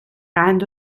قند